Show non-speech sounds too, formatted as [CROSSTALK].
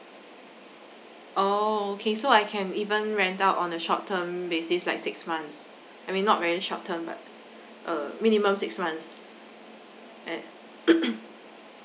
oh okay so I can even rent out on a short term basis like six months I mean not very short term but uh minimum six months at [NOISE]